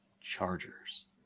Chargers